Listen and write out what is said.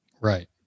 Right